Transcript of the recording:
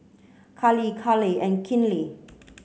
Kali Caleigh and Kinley